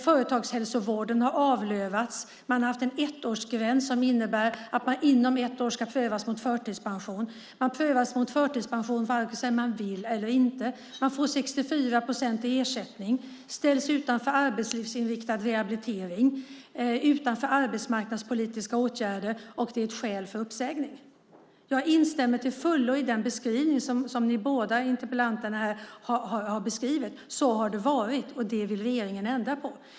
Företagshälsovården har avlövats. Det har varit en ettårsgräns som inneburit att man inom ett år ska prövas för förtidspension. Man prövas för förtidspension vare sig man vill eller inte. Man får 64 procent i ersättning. Man ställs utanför arbetslivsinriktad rehabilitering och utanför arbetsmarknadspolitiska åtgärder. Och det är ett skäl för uppsägning. Jag instämmer till fullo i den beskrivning som ni båda interpellanter har gjort. Så har det varit, och det vill regeringen ändra på.